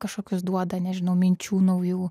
kažkokius duoda nežinau minčių naujų